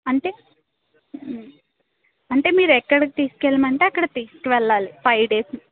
అంటే అంటే మీరెక్కడికి తీసుకువెళ్ళమంటే అక్కడికి తీసుకువెళ్ళాలి ఫైవ్ డేస్